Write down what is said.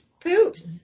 poops